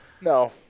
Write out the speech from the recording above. No